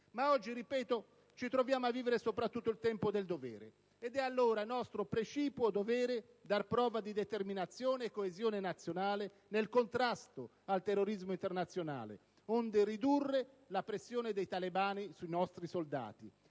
lo ripeto, ci troviamo a vivere soprattutto il tempo del dovere, ed è allora nostro precipuo dovere dar prova di determinazione e coesione nazionale nel contrasto al terrorismo internazionale, onde ridurre la pressione dei talebani sui nostri soldati.